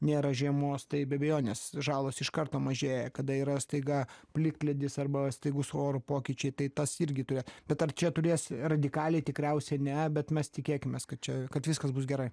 nėra žiemos tai be abejonės žalos iš karto mažėja kada yra staiga plikledis arba staigūs oro pokyčiai tai tas irgi turi bet ar čia turės radikaliai tikriausiai ne bet mes tikėkimės kad čia kad viskas bus gerai